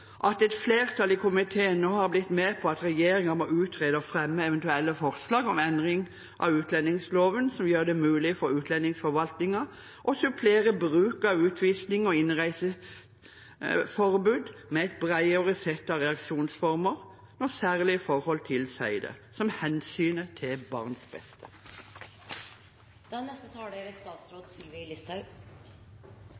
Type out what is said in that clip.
at et flertall i komiteen nå har blitt med på at regjeringen må utrede og fremme eventuelle forslag om endring av utlendingsloven som gjør det mulig for utlendingsforvaltningen å supplere bruk av utvisning og innreiseforbud med et bredere sett av reaksjonsformer når særlige forhold tilsier det, som hensynet til barns